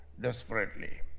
desperately